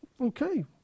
Okay